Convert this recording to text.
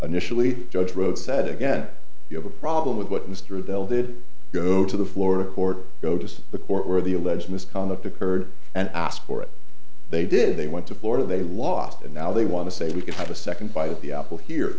initially judge rhodes said again you have a problem with what mr they'll did go to the florida court go to the court or the alleged misconduct occurred and ask for it they did they went to florida they lost and now they want to say we could have a second bite at the apple here